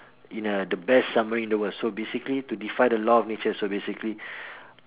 in uh the best submarine in the world so basically to defy the law of nature so basically